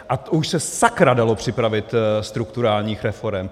A to už se sakra dalo připravit strukturálních reforem!